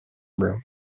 room